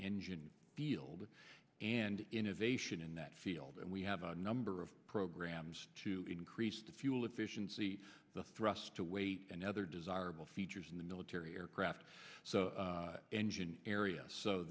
engine field and innovation in that field and we have a number of programs to increase the fuel efficiency the thrust to weight and other desirable features in the military aircraft engine area so